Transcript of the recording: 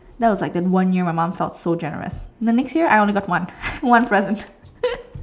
that was like the one year my mum felt so generous the next year I only got one one present